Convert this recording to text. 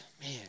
man